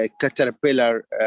caterpillar